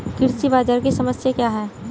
कृषि बाजार की समस्या क्या है?